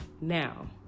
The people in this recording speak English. Now